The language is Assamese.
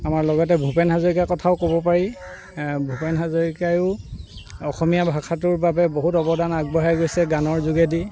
আমাৰ লগতে ভূপেন হাজৰিকা কথাও ক'ব পাৰি ভূপেন হাজৰিকাইয়ো অসমীয়া ভাষাটোৰ বাবে বহুত অৱদান আগবঢ়াই থৈ গৈছে গানৰ যোগেদি